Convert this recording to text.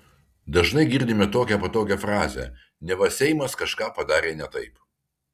dažnai girdime tokią patogią frazę neva seimas kažką padarė ne taip